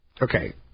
Okay